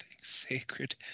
sacred